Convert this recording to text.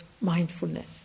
mindfulness